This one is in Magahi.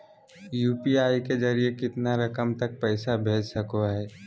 यू.पी.आई के जरिए कितना रकम तक पैसा भेज सको है?